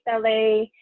LA